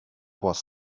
was